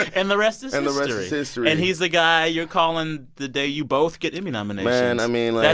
and the rest is history and the rest is history and he's the guy you're calling the day you both get emmy nominations man, i mean, like